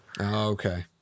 okay